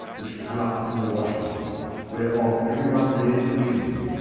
which came up from the washing whereof every one bear twins,